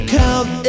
count